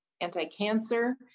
anti-cancer